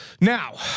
Now